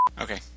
Okay